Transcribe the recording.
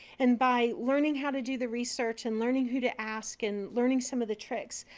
and by learning how to do the research and learning who to ask and learning some of the tricks,